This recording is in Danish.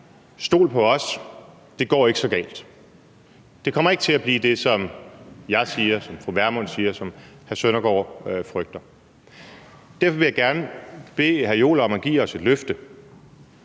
Stol på os, det går ikke så galt. Man siger, at det ikke kommer til at blive sådan, som jeg siger, som fru Pernille Vermund siger, og som hr. Søren Søndergaard frygter. Derfor vil jeg gerne bede hr. Jens Joel om at give os et løfte.